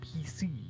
PC